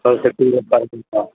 ହଉ ସେତିକିରେ ଶହେ ଦୁଇଶହ